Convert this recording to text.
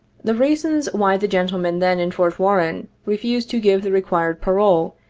the reasons why the gentlemen then in fort warren refused to give the required parole,